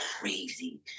crazy